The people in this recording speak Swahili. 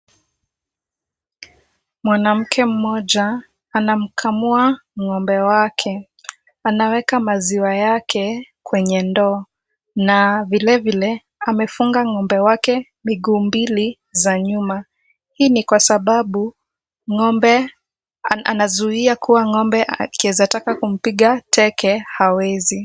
Mwanamke mmoja anamkamua ng'ombe wake. Anaweka maziwa yake kwenye ndoo na vilevile amefunga ng'ombe wake miguu mbili za nyuma. Hii ni kwa sababu anazuia ng'ombe akiweza taka kumpiga teke hawezi.